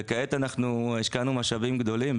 וכעת השקענו משאבים גדולים,